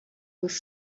was